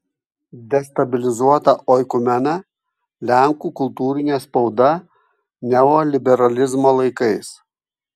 destabilizuota oikumena lenkų kultūrinė spauda neoliberalizmo laikais